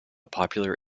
popular